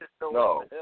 No